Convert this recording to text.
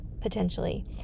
potentially